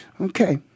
Okay